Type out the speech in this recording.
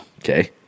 Okay